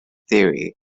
theory